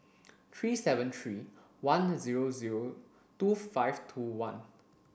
three seven three one zero zero two five two one